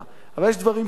אבל יש דברים שלא,